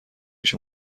پیش